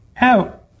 out